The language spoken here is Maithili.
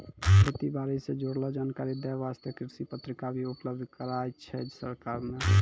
खेती बारी सॅ जुड़लो जानकारी दै वास्तॅ कृषि पत्रिका भी उपलब्ध कराय छै सरकार नॅ